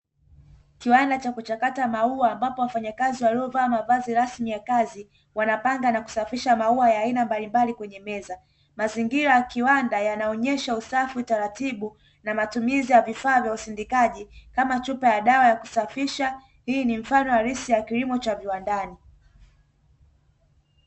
Kiwanda cha kuchakata mauwa ambapo wanafanyakazi waliovaa mavazi rasmi ya kazi, wanapanda na kusafisha maua ya aina mbalimbali kwenye meza mazingira yakiwanda yanaonyesha usafi, utaratibu na matumizi ya vifaa vya usindikaji kama chupa ya dawa ya kusafisha, hii ni mfano halisi ya kilimo cha kiwandani.